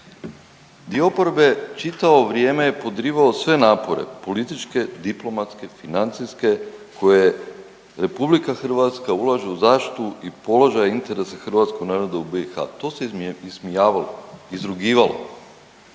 Dio oporbe čitavo vrijeme je podrivao sve napore, političke, diplomatske, financijske koje RH ulaže u zaštitu i položaj interesa hrvatskog naroda u BiH, tu se ismijavalo, izrugivalo.